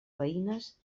veïnes